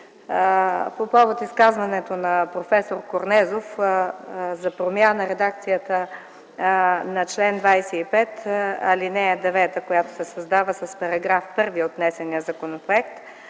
По повод изказването на проф. Корнезов за промяна на редакцията на чл. 25, ал. 9, която се създава с § 1 от внесения законопроект,